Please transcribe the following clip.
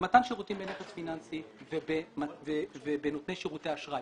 במתן שירותים בנכס פיננסי ובנותני שירותי אשראי,